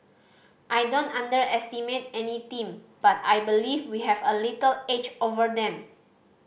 I don't underestimate any team but I believe we have a little edge over them